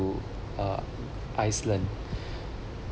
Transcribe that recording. to uh iceland